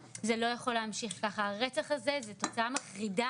אנחנו ביקשנו לקיים את הדיון הקשה הזה באמת זה דיון מיוחד,